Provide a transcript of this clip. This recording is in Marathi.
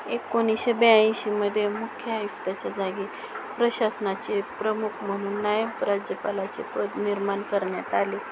एकोणीसशे ब्याऐंशीमध्ये मुख्यआयुक्त्याच्या जागी प्रशासनाचे प्रमुख म्हणून नायब राज्यपालाचे पद निर्माण करण्यात आले